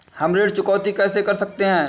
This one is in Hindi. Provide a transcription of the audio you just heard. हम ऋण चुकौती कैसे कर सकते हैं?